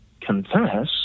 confess